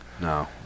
No